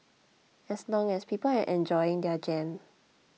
as long as people are enjoying their jam